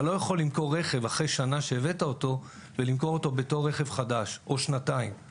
אתה לא יכול למכור רכב בתור רכב חדש שנה או שנתיים אחרי הבאתו.